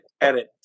edit